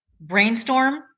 brainstorm